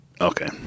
okay